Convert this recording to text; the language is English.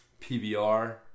PBR